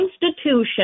Constitution